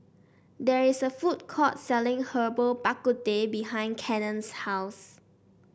there is a food court selling Herbal Bak Ku Teh behind Cannon's house